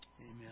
Amen